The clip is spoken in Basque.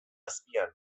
azpian